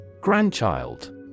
Grandchild